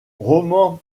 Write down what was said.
roman